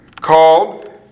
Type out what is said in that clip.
called